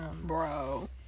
Bro